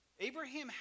Abraham